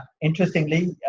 interestingly